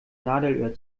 nadelöhr